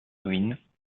ruines